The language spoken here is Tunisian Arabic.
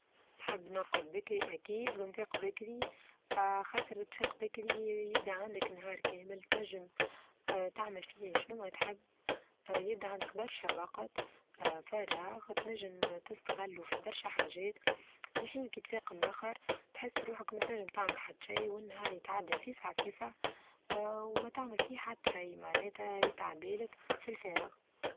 نحب نرقد بكري أكيد ونفيق بكري خاطر تفيق بكري يبدأ عندك نهار كامل تنچم آآ تعمل فيه شنوا تحب آآ يبدأ برشا وقت فراغ تنچم تستغلو في برشا حاچات، في حين كيتفاقم آخر تحس روحك من تنچم تعمل حتى شي والنهار يتعدى فيسع فيسع آآ وما تعمل فيه حتى شيء معناتها يتعدى لك في الفارغ.